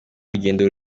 urugendo